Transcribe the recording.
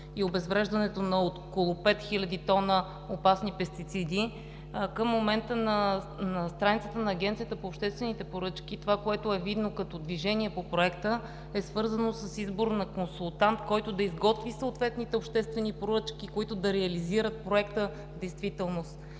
и обезвреждането на около 5000 тона опасни пестициди. Към момента на страницата на Агенцията по обществените поръчки това, което е видно като движение по проекта, е свързано с избор на консултант, който да изготви съответните обществени поръчки, които да реализират проекта в действителност.